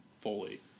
fully